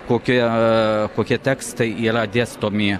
kokia kokie tekstai yra dėstomi